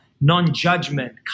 non-judgment